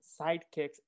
Sidekicks